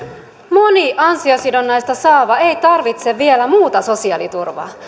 moni ansiosidonnaista saava ei tarvitse vielä muuta sosiaaliturvaa